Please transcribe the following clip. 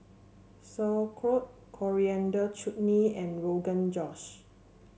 Sauerkraut Coriander Chutney and Rogan Josh